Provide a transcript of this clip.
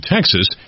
Texas